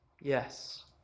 Yes